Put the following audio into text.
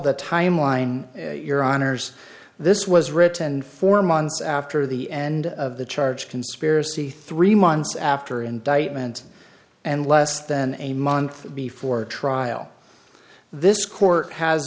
the timeline your honour's this was written four months after the end of the charge conspiracy three months after indictment and less than a month before a trial this court has